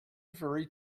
very